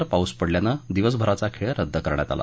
त्यांनतर पाऊस पडल्यानं दिवसभराचा खेळ रद्द करण्यात आला